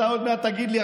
אתה עוד מעט תגיד לי,